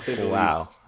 Wow